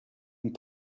and